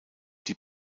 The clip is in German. die